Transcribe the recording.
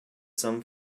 some